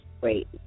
great